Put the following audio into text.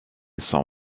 son